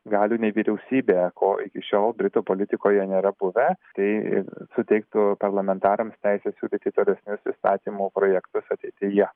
galių nei vyriausybė ko iki šiol britų politikoje nėra buvę tai suteiktų parlamentarams teisę siūlyti tolesnius įstatymo projektus ateityje